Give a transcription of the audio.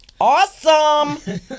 awesome